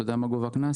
אתה יודע מה גובה הקנס?